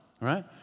right